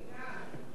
גדעון סער,